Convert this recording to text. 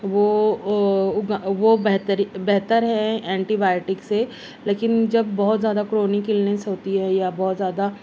وہ وہ بہتر ہیں اینٹی بائیٹک سے لیکن جب بہت زیادہ کرونیک النیس ہوتی ہے یا بہت زیادہ